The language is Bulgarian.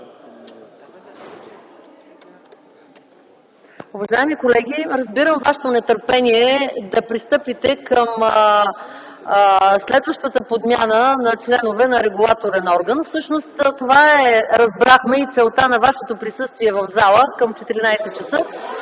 Уважаеми колеги, разбирам вашето нетърпение да пристъпите към следващата подмяна на членове на регулаторен орган. Всъщност, разбрахме, че това е и целта на вашето присъствие в залата към 14,00